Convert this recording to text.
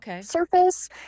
surface